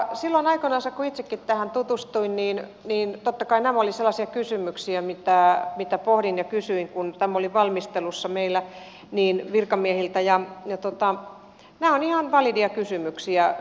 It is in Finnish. silloin aikoinansa kun itsekin tähän tutustuin totta kai nämä olivat sellaisia kysymyksiä mitä pohdin ja kysyin virkamiehiltä kun tämä oli valmistelussa meillä ja nämä ovat ihan valideja kysymyksiä